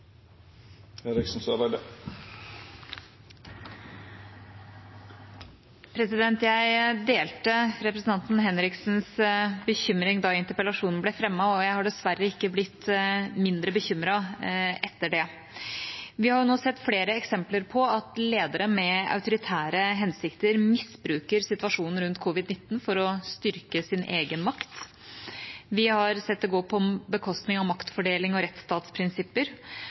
Jeg delte representanten Henriksens bekymring da interpellasjonen ble fremmet, og jeg har dessverre ikke blitt mindre bekymret etter det. Vi har nå sett flere eksempler på at ledere med autoritære hensikter misbruker situasjonen rundt covid-19 for å styrke sin egen makt. Vi har sett det gå på bekostning av maktfordelings- og rettsstatsprinsipper,